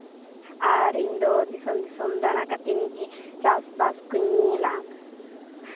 ᱟᱨ ᱤᱧᱫᱚ ᱫᱤᱥᱚᱢ ᱫᱤᱥᱚᱢ ᱫᱟᱬᱟ ᱠᱟᱛᱤᱧ ᱪᱟᱥᱼᱵᱟᱥ ᱠᱚᱧ ᱧᱮᱞᱟ